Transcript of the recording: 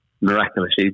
miraculously